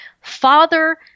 father